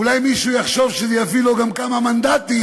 ואולי מישהו יחשוב שזה יביא לו גם כמה מנדטים,